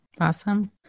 Awesome